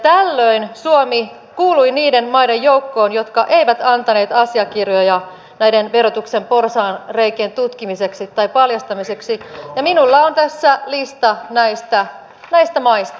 tällöin suomi kuului niiden maiden joukkoon jotka eivät antaneet asiakirjoja näiden verotuksen porsaanreikien tutkimiseksi tai paljastamiseksi minulla on tässä lista näistä maista